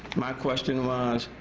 my question was,